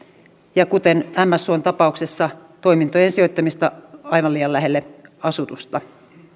ja kuten ämmässuon tapauksessa toimintojen sijoittamista aivan liian lähelle asutusta